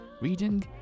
reading